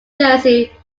jersey